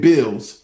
Bills